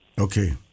Okay